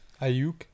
Ayuk